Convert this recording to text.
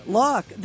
look